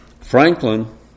Franklin